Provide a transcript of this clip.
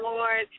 Lord